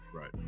Right